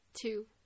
two